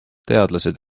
teadlased